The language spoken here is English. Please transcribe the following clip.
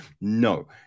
No